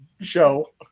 show